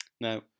Now